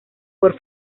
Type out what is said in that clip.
por